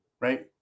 right